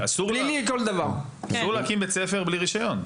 אסור להקים במדינת ישראל בית ספר ללא רישיון.